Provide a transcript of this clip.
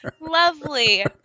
lovely